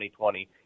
2020